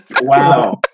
Wow